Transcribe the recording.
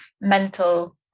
mental